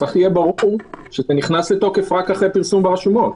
צריך להיות ברור שזה נכנס לתוקף רק אחרי פרסום ברשומות.